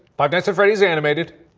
five nights at freddy's animated.